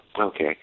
Okay